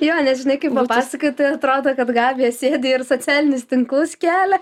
jo nes žinai kai papasakoji tai atrodo kad gabija sėdi ir socialinius tinklus kelia